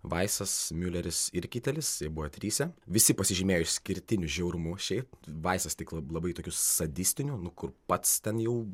vaisas miuleris ir kitelis jie buvo trise visi pasižymėjo išskirtiniu žiaurumu šiaip vaisas tik lab labai tokių sadistinių nu kur pats ten jau